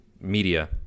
media